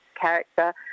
character